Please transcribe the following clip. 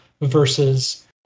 versus